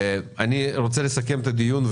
אני רוצה לסכם את הדיון,